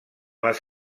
les